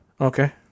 Okay